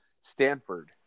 Stanford